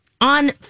on